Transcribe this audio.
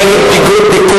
נגד גזענות,